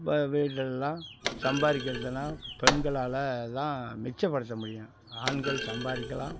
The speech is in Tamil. இப்போ வீட்டுலல்லாம் சம்பாதிக்கறதுனா பெண்களாலதான் மிச்சப்படுத்த முடியும் ஆண்கள் சம்பாதிக்கலாம்